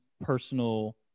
personal